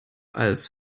als